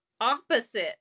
opposite